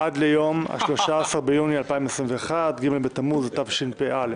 עד ליום ה-13 ביוני 2021, ג' בתמוז התשפ"א.